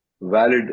valid